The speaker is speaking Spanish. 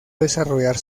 desarrollar